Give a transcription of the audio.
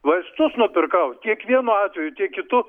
vaistus nupirkau tiek vienu atveju tiek kitu